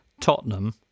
Tottenham